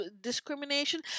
discrimination